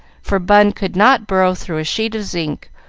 for bun could not burrow through a sheet of zinc,